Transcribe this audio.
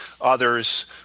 others